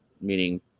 meaning